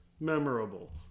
memorable